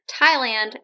Thailand